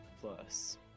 plus